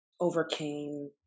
overcame